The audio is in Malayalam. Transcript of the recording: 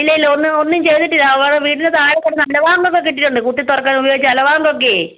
ഇല്ലില്ല ഒന്നും ഒന്നും ചെയ്തിട്ടില്ല അവര് വീടിൻ്റെ താഴെ കിടന്ന് അലവാങ്കൊക്കെ കിട്ടിയിട്ടുണ്ട് കുത്തി തുറക്കാനുപയോഗിച്ച അലവാങ്കൊക്കെയേ